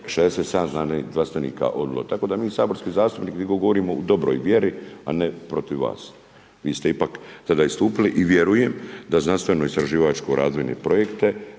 se ne razumije./… tako da mi saborski zastupnici mi govorimo u dobroj vjeri, a ne protiv vas. Vi ste ipak tada istupili. I vjerujem da znanstveno istraživačke razvojne projekte,